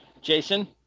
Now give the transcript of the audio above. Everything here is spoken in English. Jason